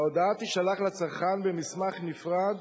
ההודעה תישלח לצרכן במסמך נפרד